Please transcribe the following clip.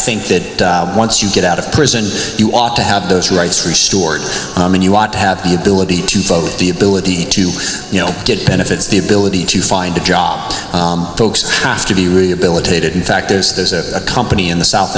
think that once you get out of prison you ought to have those rights restored and you want to have the ability to vote the ability to get benefits the ability to find a job folks have to be rehabilitated in fact there's there's a company in the south